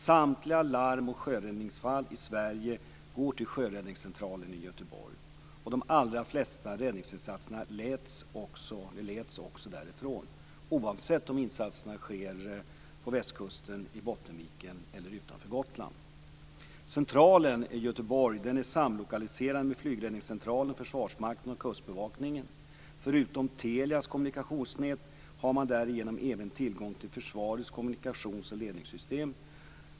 Samtliga larm och sjöräddningsfall i Sverige går till sjöräddningscentralen i Göteborg, och de allra flesta sjöräddningsinsatserna leds därifrån - oavsett om insatserna sker på västkusten, i Bottenviken eller utanför Gotland. Centralen i Göteborg är samlokaliserad med flygledningscentralen, Försvarsmakten och Kustbevakningen. Förutom Telias kommunikationsnät har man därigenom även tillgång till försvarets kommunikationsoch ledningssystem.